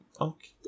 okay